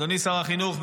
אדוני שר החינוך,